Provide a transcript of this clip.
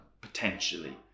potentially